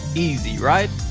easy right?